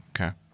Okay